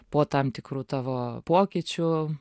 po tam tikrų tavo pokyčių